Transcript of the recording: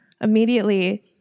immediately